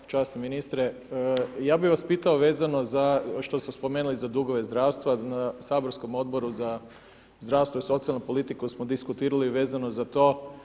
Časni ministre, ja bi vas pitao, vezano za što ste spomenuli za dugove zdravstva saborskog Odboru za zdravstvo i socijalnu politiku, smo diskutirali vezano za to.